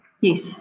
Yes